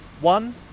One